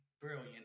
brilliant